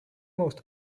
most